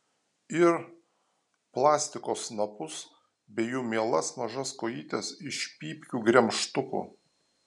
ir plastiko snapus bei jų mielas mažas kojytes iš pypkių gremžtukų